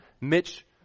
Mitch